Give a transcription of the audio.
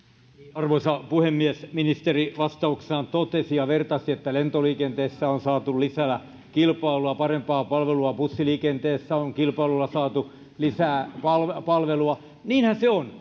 arvoisa puhemies ministeri vastauksessaan totesi ja vertasi että lentoliikenteessä on saatu lisää kilpailua ja parempaa palvelua bussiliikenteessä on kilpailulla saatu lisää palvelua niinhän se on